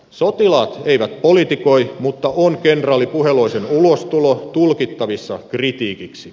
sotilaat eivät politikoi mutta on kenraali puheloisen ulostulo tulkittavissa kritiikiksi